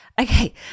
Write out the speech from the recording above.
Okay